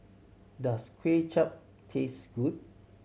does Kway Chap taste good